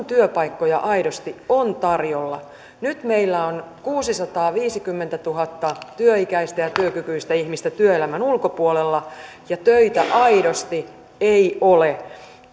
työpaikkoja aidosti on tarjolla nyt meillä on kuusisataaviisikymmentätuhatta työikäistä ja työkykyistä ihmistä työelämän ulkopuolella ja töitä aidosti ei ole